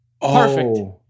Perfect